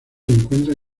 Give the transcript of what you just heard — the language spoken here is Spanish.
encuentra